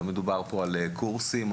לא מדובר על קורסים,